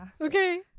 Okay